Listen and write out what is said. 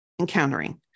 encountering